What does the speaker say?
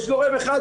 יש גורם אחד,